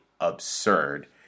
absurd